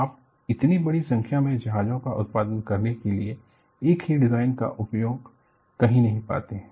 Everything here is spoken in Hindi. आप इतनी बड़ी संख्या में जहाजों का उत्पादन करने के लिए एक ही डिजाइन का उपयोग कहीं नहीं पाते है